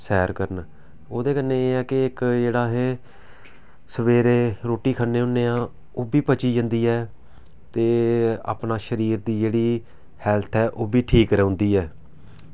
सैर करन ओह्दे कन्नै एह् ऐ कि इक जेह्ड़ा असें सवेरे रुट्टी खन्ने होन्ने आं ओह्बी पची जंदी ऐ ते अपना शरीर दी जेह्ड़ी हेल्थ ऐ ओह्बी ठीक रौहंदी ऐ